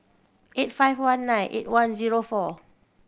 eight five one nine eight one zero four